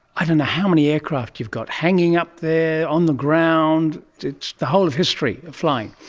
i don't know how many aircraft you've got hanging up there, on the ground, it's the whole of history of flying.